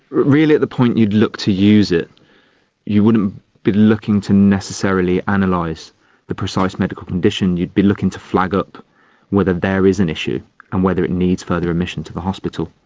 really at the point you'd look to use it you wouldn't be looking to necessarily and analyse the precise medical condition, you'd be looking to flag up whether there is an issue and whether it needs further admission to the hospital.